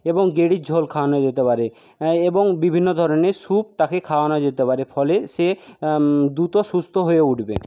এবং গেঁড়ির ঝোল খাওয়ানো যেতে পারে এবং বিভিন্ন ধরনের স্যুপ তাকে খাওয়ানো যেতে পারে ফলে সে দ্রুত সুস্থ হয়ে উঠবে